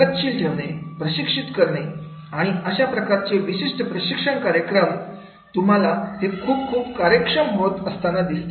प्रगतशील ठेवणे प्रशिक्षित करणे आणि अशा प्रकारचे विशिष्ट प्रशिक्षण कार्यक्रम तुम्हाला हे खूप खूप कार्यक्षम होत असताना दिसते